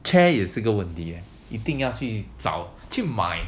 chair 也是个问题一定要去找去买